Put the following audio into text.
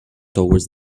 towards